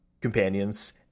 companions